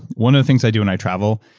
one of the things i do when i travel,